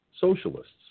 socialists